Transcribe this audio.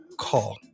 Call